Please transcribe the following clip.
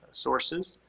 sources,